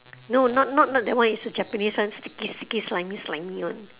no not not not that one it's the japanese [one] sticky sticky slimy slimy [one]